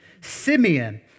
Simeon